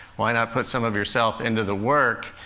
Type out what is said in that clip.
why not put some of yourself into the work?